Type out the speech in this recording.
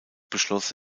beschloss